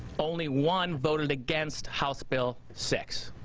only one voted against house bill six.